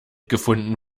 gefunden